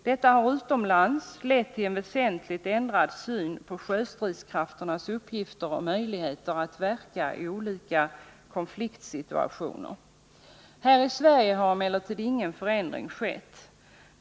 Detta har utomlands lett till en väsentligt ändrad syn på sjöstridskrafternas uppgifter och möjligheter att verka i olika konfliktsituationer. Här i Sverige har emellertid ingen förändring skett.